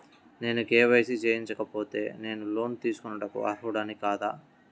నేను కే.వై.సి చేయించుకోకపోతే నేను లోన్ తీసుకొనుటకు అర్హుడని కాదా?